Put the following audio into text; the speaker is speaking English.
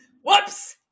whoops